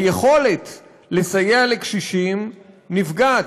היכולת לסייע לקשישים נפגעת,